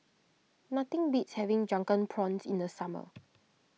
nothing beats having Drunken Prawns in the summer